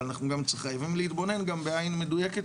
אבל אנחנו חייבים להתבונן גם בעין מדויקת